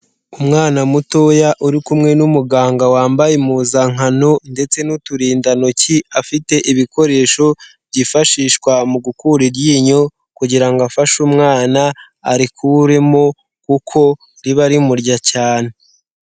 Umwana mutoya uri kumwe n'umuganga wambaye impuzankano ndetse n'uturindantoki, afite ibikoresho byifashishwa mu gukura iryinyo kugira ngo afashe umwana, arikuremo kuko riba rimurya cyane.